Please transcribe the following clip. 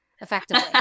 effectively